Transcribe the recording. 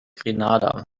grenada